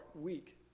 weak